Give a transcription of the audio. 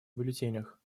бюллетенях